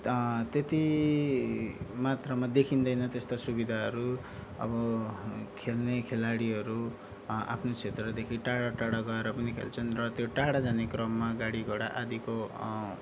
त्यति मात्रामा देखिँदैन त्यस्तो सुविधाहरू अब खेल्ने खेलाडीहरू आफ्नो क्षेत्रदेखि टाढा टाढा गएर पनि खेल्छन् र त्यो टाढा जाने क्रममा गाडीघोडा आदिको